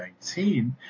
2019